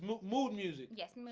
mood music yes,